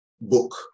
book